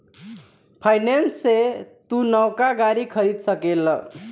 finance से तू नवका गाड़ी खरीद सकेल